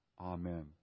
Amen